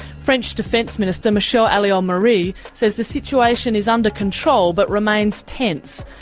french defence minister, michele alliot-marie, says the situation is under control but remains tense.